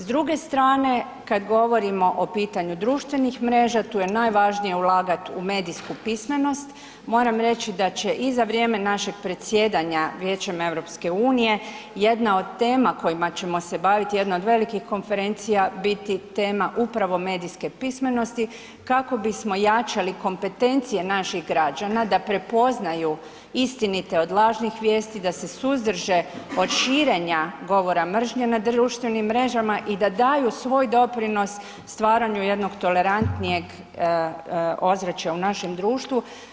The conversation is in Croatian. S druge strane kad govorimo o pitanju društvenih mreža, tu je najvažnije ulagati u medijsku pismenost, moram reći da će i za vrijeme našeg predsjedanja Vijećem EU jedna od tema kojima ćemo se baviti, jedna od velikih konferencija biti tema upravo medijske pismenosti kako bismo jačali kompetencije naših građana da prepoznaju istinite od lažnih vijesti, da se suzdrže od širenja govora mržnje na društvenim mrežama i da daju svoj doprinos stvaranju jednog tolerantnijeg ozračja u našem društvu.